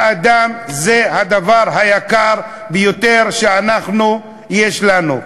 האדם זה הדבר היקר ביותר שיש לנו,